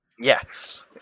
Yes